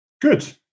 Good